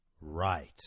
Right